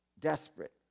desperate